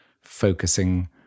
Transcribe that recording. focusing